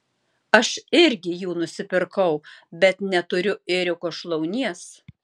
aš irgi jų nusipirkau bet neturiu ėriuko šlaunies